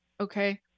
Okay